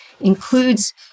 includes